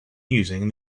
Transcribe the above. using